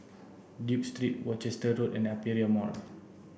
Duke Street Worcester Road and Aperia Mall